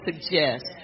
suggest